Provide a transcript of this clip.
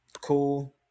cool